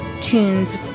tunes